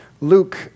Luke